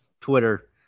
Twitter